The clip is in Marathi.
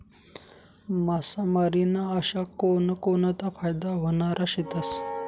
मासामारी ना अशा कोनकोनता फायदा व्हनारा शेतस?